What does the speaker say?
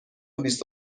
بیست